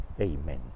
Amen